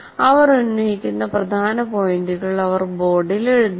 അവർ ഉന്നയിക്കുന്ന പ്രധാന പോയിന്റുകൾ അവൾ ബോർഡിൽ എഴുതുന്നു